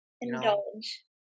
Indulge